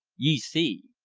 ye see!